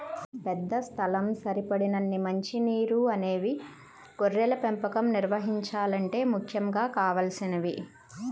పెద్ద స్థలం, సరిపడినన్ని మంచి నీరు అనేవి గొర్రెల పెంపకం నిర్వహించాలంటే ముఖ్యంగా కావలసినవి